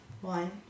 one